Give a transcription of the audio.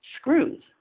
screws